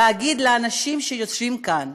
היא להגיד לאנשים שיושבים כאן,